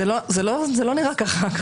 רוטמן, זה לא נראה כך.